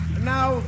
now